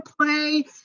play